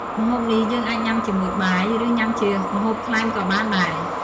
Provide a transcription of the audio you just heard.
ម្ហូបនេះយើងអាចញុំាជាមួយបាយ ឬ ញុំាជាម្ហូបក្លែមក៏បានដែរ។